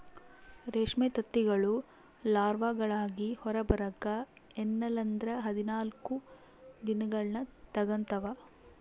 ರೇಷ್ಮೆ ತತ್ತಿಗಳು ಲಾರ್ವಾಗಳಾಗಿ ಹೊರಬರಕ ಎನ್ನಲ್ಲಂದ್ರ ಹದಿನಾಲ್ಕು ದಿನಗಳ್ನ ತೆಗಂತಾವ